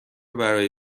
برای